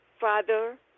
Father